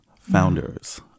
founders